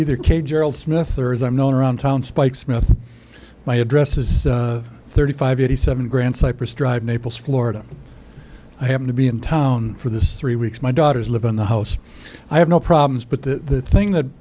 either kid gerald smith or as i'm known around town spike smith my address is thirty five eighty seven grand cypress drive naples florida i happen to be in town for this three weeks my daughters live in the house i have no problems but the thing that